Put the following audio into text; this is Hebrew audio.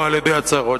או על-ידי הצהרות,